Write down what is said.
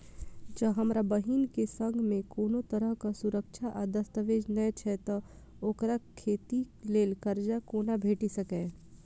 जँ हमरा बहीन केँ सङ्ग मेँ कोनो तरहक सुरक्षा आ दस्तावेज नै छै तऽ ओकरा खेती लेल करजा कोना भेटि सकैये?